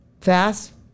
fast